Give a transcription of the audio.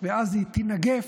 ואז היא תינגף,